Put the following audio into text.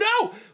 no